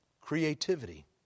creativity